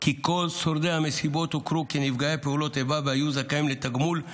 כי כל שורדי המסיבות הוכרו כנפגעי פעולות איבה והיו זכאים לתגמול,